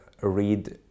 read